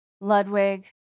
ludwig